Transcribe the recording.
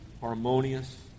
harmonious